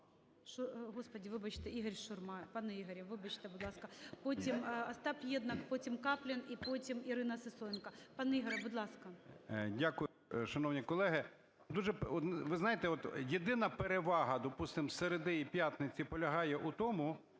Дякую. Шановні колеги, ви знаєте, єдина перевага, допустимо, середи і п'ятниці полягає в тому,